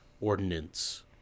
ordinance